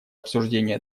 обсуждения